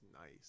nice